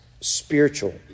spiritual